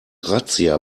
razzia